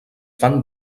fan